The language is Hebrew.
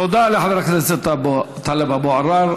תודה לחבר הכנסת טלב אבו עראר.